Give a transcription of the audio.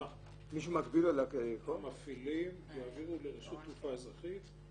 מישהו מגביל --- המפעילים יעבירו לרשות תעופה אזרחית.